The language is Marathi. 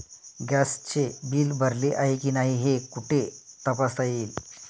गॅसचे बिल भरले आहे की नाही हे कुठे तपासता येईल?